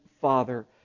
Father